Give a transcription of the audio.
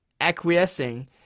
acquiescing